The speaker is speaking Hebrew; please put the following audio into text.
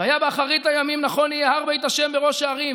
"והיה באחרית הימים נכון יהיה הר בית ה' בראש ההרים,